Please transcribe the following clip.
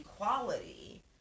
equality